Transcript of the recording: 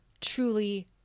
truly